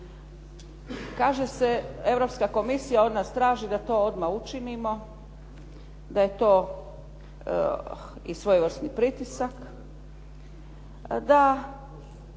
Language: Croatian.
Kaže se, Europska komisija od nas traži da to odmah učinimo, da je to i svojevrsni pritisak, da